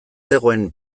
zegoen